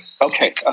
Okay